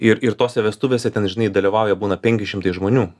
ir ir tose vestuvėse ten žinai dalyvauja būna penki šimtai žmonių